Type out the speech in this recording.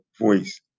voice